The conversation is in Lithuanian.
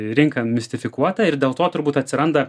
rinka mistifikuota ir dėl to turbūt atsiranda